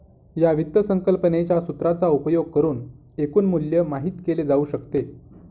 या वित्त संकल्पनेच्या सूत्राचा उपयोग करुन एकूण मूल्य माहित केले जाऊ शकते